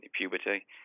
puberty